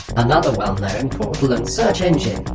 another well known portal and search engine